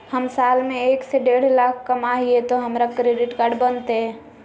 हम साल में एक से देढ लाख कमा हिये तो हमरा क्रेडिट कार्ड बनते?